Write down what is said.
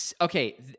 Okay